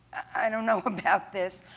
i don't know about this.